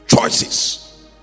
Choices